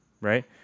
right